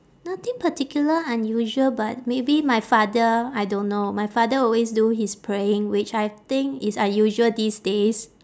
nothing particular unusual but maybe my father I don't know my father always do his praying which I think is unusual these days